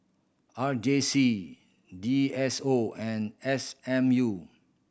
R J C D S O and S M U